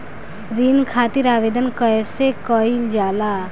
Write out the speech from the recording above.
ऋण खातिर आवेदन कैसे कयील जाला?